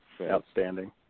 Outstanding